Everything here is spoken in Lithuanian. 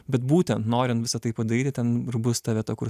bet būtent norint visa tai padaryti ten ir bus ta vieta kur